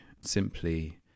simply